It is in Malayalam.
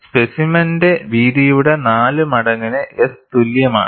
സ്പെസിമെന്റെ വീതിയുടെ 4 മടങ്ങിന് S തുല്യമാണ്